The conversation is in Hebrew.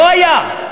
לא היה.